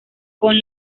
con